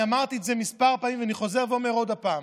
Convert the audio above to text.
אני אמרתי את זה כמה פעמים ואני חוזר ואומר עוד פעם.